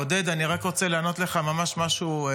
עודד, אני רק רוצה לענות לך ממש בקצרה.